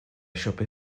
shopy